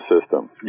system